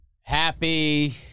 Happy